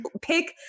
pick